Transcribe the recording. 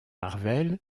marvel